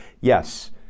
yes